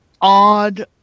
odd